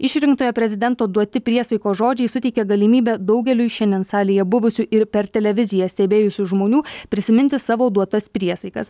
išrinktojo prezidento duoti priesaikos žodžiai suteikia galimybę daugeliui šiandien salėje buvusių ir per televiziją stebėjusių žmonių prisiminti savo duotas priesaikas